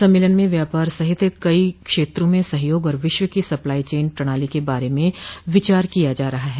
सम्मेलन में व्यापार सहित कई क्षेत्रा में सहयोग और विश्व की सप्लाई चेन प्रणाली के बारे में विचार किया जा रहा है